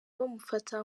bamufata